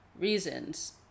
reasons